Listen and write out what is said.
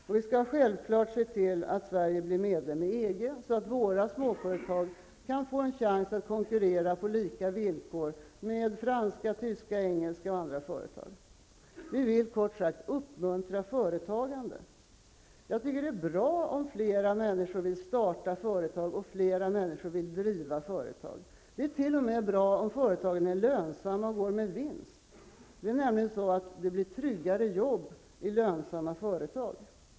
Och vi skall självklart se till att Sverige blir medlem i EG, så att våra småföretag får en chans att konkurrera på lika villkor med franska, tyska, engelska och andra företag. Vi vill kort sagt uppmuntra företagandet. Jag tycker att det är bra om fler människor vill starta företag och driva företag. Det är t.o.m. bra om företagen är lönsamma och går med vinst. Det blir nämligen tryggare jobb i lönsamma företag.